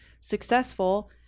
successful